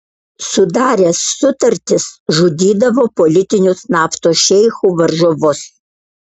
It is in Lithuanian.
sudaręs sutartis žudydavo politinius naftos šeichų varžovus